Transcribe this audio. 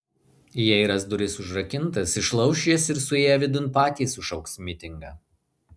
jei ras duris užrakintas išlauš jas ir suėję vidun patys sušauks mitingą